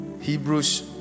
Hebrews